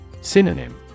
Synonym